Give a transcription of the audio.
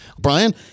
Brian